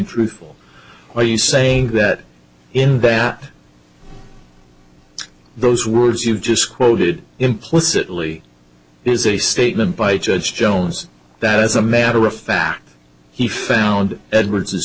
truthful are you saying that in bat those words you just quoted implicitly is a statement by judge jones that as a matter of fact he found edwards